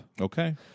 Okay